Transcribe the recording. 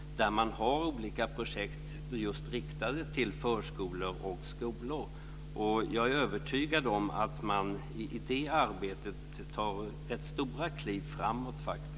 Där har man olika projekt riktade till just förskolor och skolor. Jag är övertygad om att man i det arbetet tar rätt stora kliv framåt.